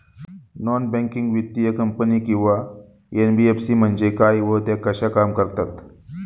Non banking वित्तीय company किंवा NBFC म्हणजे काय व त्या कशा काम करतात?